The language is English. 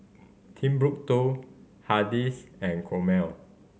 Timbuk Two Hardy's and Chomel